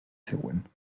següent